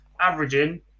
averaging